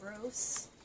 gross